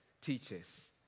teaches